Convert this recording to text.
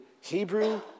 Hebrew